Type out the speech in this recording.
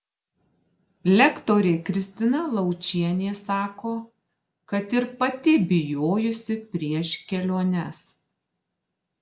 lektorė kristina laučienė sako kad ir pati bijojusi prieš keliones